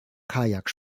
kajak